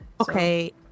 Okay